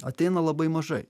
ateina labai mažai